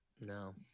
No